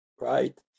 Right